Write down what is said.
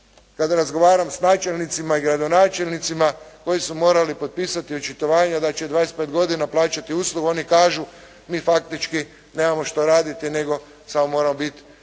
Kada razgovaram sa načelnicima ili gradonačelnicima koji su morali potpisati očitovanje da će 25 godina plaćati uslugu oni kažu, mi faktički nemamo što raditi nego samo moramo biti